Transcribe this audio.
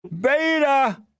beta